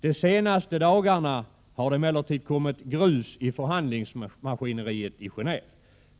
De senaste dagarna har det emellertid kommit grus i förhandlingsmaskineriet i Genåéve.